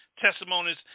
testimonies